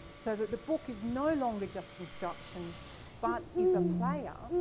so that the book is no longer just instructions but is a player.